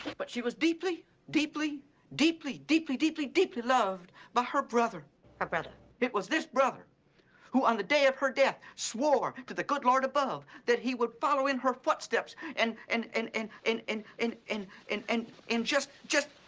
but she was deeply deeply deeply deeply deeply deeply loved by her brother her brother? it was this brother who, on the day of her death, swore to the good lord above that he would follow in her footsteps and, and, and, and, and, and, and, and, and, and, and just just,